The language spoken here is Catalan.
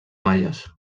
malles